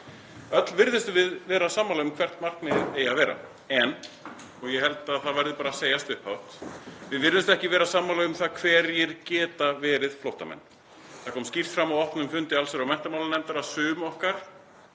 Öll virðumst við vera sammála um hvert markmiðið eigi að vera en, og ég held að það verði að segjast upphátt, við virðumst ekki vera sammála um það hverjir geta verið flóttamenn. Það kom skýrt fram á opnum fundi allsherjar- og menntamálanefndar að sum okkar